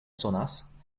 sonas